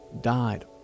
died